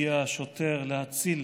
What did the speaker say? הגיע השוטר להציל,